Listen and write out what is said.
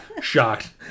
Shocked